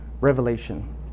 revelation